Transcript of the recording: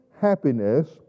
happiness